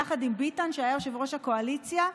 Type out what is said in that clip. יחד עם ביטן שהיה יושב-ראש הקואליציה,